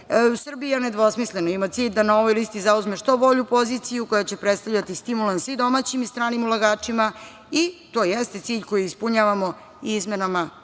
nedvosmisleno ima cilj da na ovoj listi zauzme što bolju poziciju, koja će predstavljati stimulans i domaćim i stranim ulagačima i to jeste cilj koji ispunjavamo izmenama